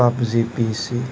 PUBG P C